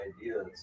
ideas